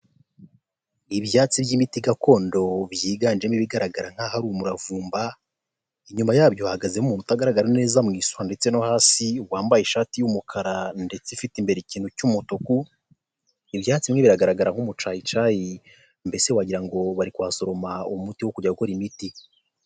Ibyatsi by'imiti gakondo byiganjemo ibigaragara nk'aho ari ari umuravumba, inyuma yabyo hahagazemo umuntu utagaragara neza mu isura ndetse no hasi. Wambaye ishati y'umukara ndetse ifite imbere ikintu cy'umutuku, ibyatsi bi biragaragara nk'umucayicayi mbese wagira ngo bari kuhasoroma umuti wo kujya gukora imiti.